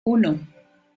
uno